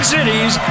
Cities